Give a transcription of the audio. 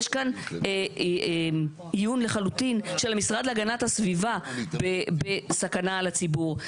יש כאן איום לחלוטין של המשרד להגנת הסביבה בסכנה לציבור.